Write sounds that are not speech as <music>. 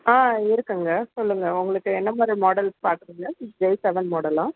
ஆ இருக்குதுங்க சொல்லுங்கள் உங்களுக்கு என்னமாதிரி மாடல் பார்க்குறீங்க <unintelligible> ஜே செவன் மாடலா